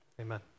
Amen